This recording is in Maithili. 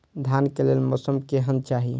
धान के लेल मौसम केहन चाहि?